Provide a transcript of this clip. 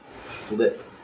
flip